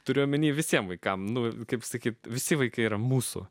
turiu omeny visiems vaikams nu kaip sakyti visi vaikai yra mūsų